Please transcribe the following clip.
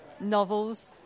Novels